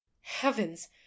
Heavens